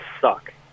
suck